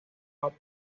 hop